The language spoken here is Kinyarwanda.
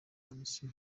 banditse